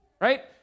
right